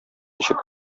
ничек